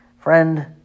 Friend